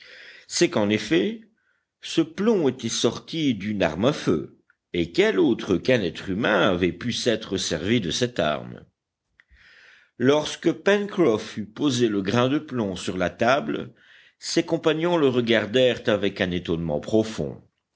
c'est qu'en effet ce plomb était sorti d'une arme à feu et quel autre qu'un être humain avait pu s'être servi de cette arme lorsque pencroff eut posé le grain de plomb sur la table ses compagnons le regardèrent avec un étonnement profond